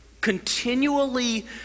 continually